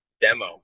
demo